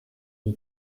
ryo